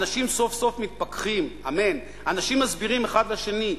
אנשים סוף-סוף מתפכחים! (אמן...) אנשים מסבירים אחד לשני,